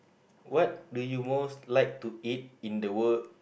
what do you most like to eat in the world